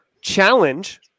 challenge